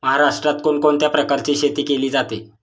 महाराष्ट्रात कोण कोणत्या प्रकारची शेती केली जाते?